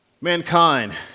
Mankind